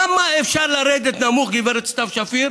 כמה אפשר לרדת נמוך, גברת סתיו שפיר,